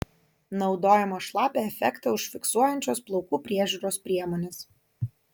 naudojamos šlapią efektą užfiksuojančios plaukų priežiūros priemonės